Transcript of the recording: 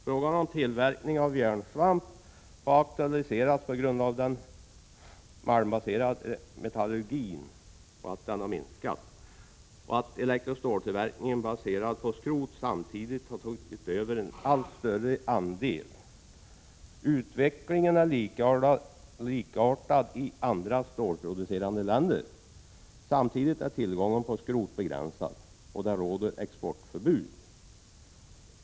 Frågan om tillverkning av järnsvamp har aktualiserats på grund av att den malmbaserade metallurgin har minskat sin produktion och att elektroståltillverkningen baserad på skrot samtidigt har tagit över en allt större andel. Utvecklingen är likartad i andra stålproducerande länder. Samtidigt är tillgången på skrot begränsad, och det råder exportförbud.